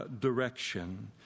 direction